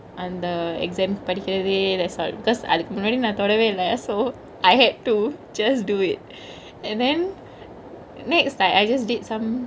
on like on the exam படிக்கருதே:padikurathe that's all because அதுக்கு முன்னாடி தொடவே இல்ல:athukku munnadi thodeve ille so I had to just do it and then next I I just did some